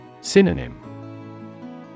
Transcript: Synonym